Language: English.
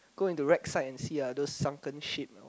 go into wreck side and see ah those sunken ship